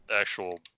actual